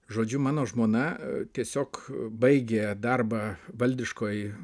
žodžiu mano žmona tiesiog baigė darbą valdiškoj